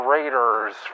Raiders